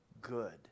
good